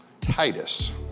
Titus